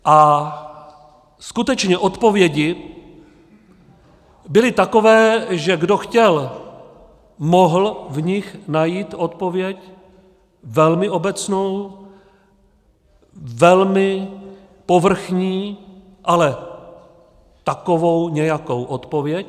A skutečně odpovědi byly takové, že kdo chtěl, mohl v nich najít odpověď velmi obecnou, velmi povrchní, ale takovou nějakou odpověď.